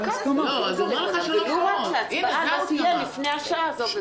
הפסקה לא תהיה לפני שעה זו וזו.